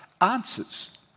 answers